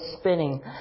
spinning